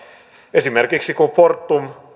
esimerkiksi kun fortumista